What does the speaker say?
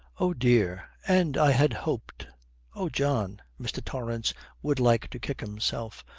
oh dear! and i had hoped oh, john mr. torrance would like to kick himself.